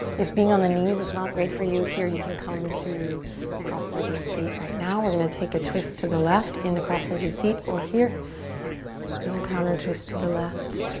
if being on the knees is not great for you here, you can come to cross-legged seat right now. we're gonna take a twist to the left in the cross-legged seat or here. a little counter twist to the left.